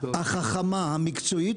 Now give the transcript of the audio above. החכמה המקצועית,